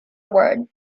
word